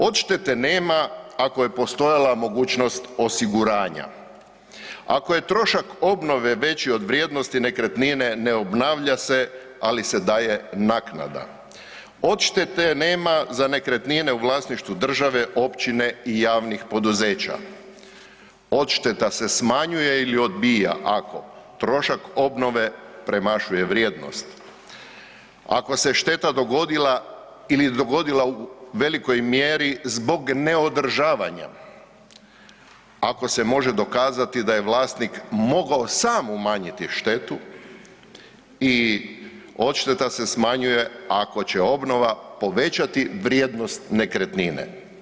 Odštete nema ako je postojala mogućnost osiguranja, ako je trošak obnove veći od vrijednosti nekretnine ne obnavlja se, ali se daje naknada, odštete nema za nekretnine u vlasništvu države, općine i javnih poduzeća, odšteta se smanjuje ili odbija ako trošak obnove premašuje vrijednost, ako se šteta dogodila ili dogodila u velikoj mjeri zbog neodržavanja, ako se može dokazati da je vlasnik mogao sam umanjiti štetu i odšteta se smanjuje ako će obnova povećati vrijednost nekretnine.